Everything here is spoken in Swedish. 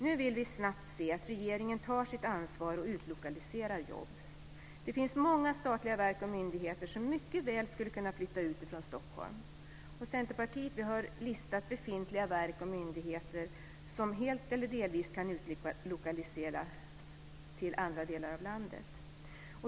Nu vill vi snabbt se att regeringen tar sitt ansvar och utlokaliserar jobb. Det finns många statliga verk och myndigheter som mycket väl skulle kunna flytta ut från Stockholm. Centerpartiet har listat befintliga verk och myndigheter som helt eller delvis kan utlokaliseras till andra delar av landet.